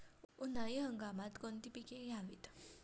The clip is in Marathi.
उन्हाळी हंगामात कोणती पिके घ्यावीत?